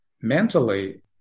mentally